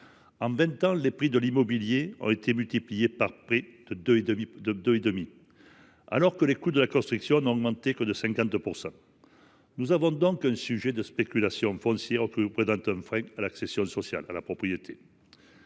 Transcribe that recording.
En vingt ans, les prix de l’immobilier ont été multipliés par près de 2,5, alors que les coûts de construction n’ont progressé que de 50 %. Il existe donc un enjeu de spéculation foncière, ce qui représente un frein à l’accession sociale à la propriété.